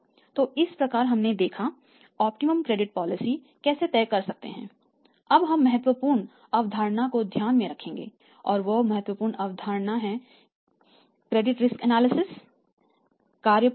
तो इस प्रकार हमने देखा इष्टतम क्रेडिट नीति